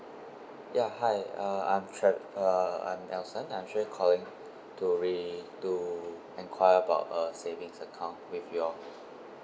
ya hi uh I'm tr~ uh I'm elson I'm actually calling to re~ to enquire about uh savings account with you all